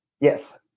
Yes